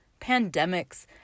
pandemics